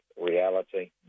reality